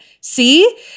See